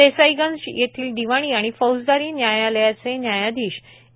देसाईगंज येथील दिवाणी व फौजदारी न्यायालयाचे न्यायाधीश ए